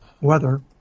weather